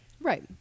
right